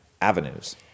avenues